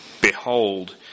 Behold